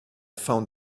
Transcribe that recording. found